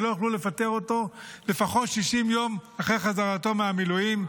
שלא יוכלו לפטר אותו לפחות 60 יום אחרי חזרתו מהמילואים.